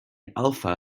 alpha